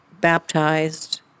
baptized